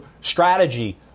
strategy